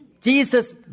Jesus